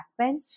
backbench